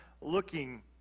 looking